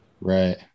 Right